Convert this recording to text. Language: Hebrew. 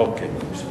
אורבך.